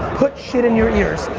put shit in your ears.